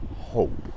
hope